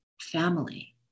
family